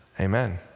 Amen